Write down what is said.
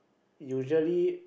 usually